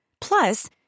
Plus